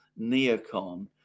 neocon